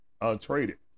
untraded